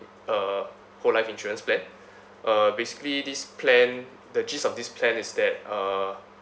a whole life insurance plan uh basically this plan the gist of this plan is that uh